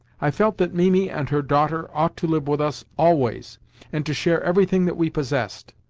i felt that mimi and her daughter ought to live with us always and to share everything that we possessed.